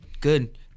Good